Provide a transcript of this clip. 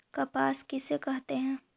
कपास किसे कहते हैं?